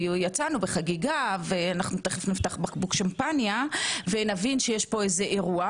יצאנו בחגיגה ותכף נפתח בקבוק שמפניה ונבין שיש פה איזה אירוע.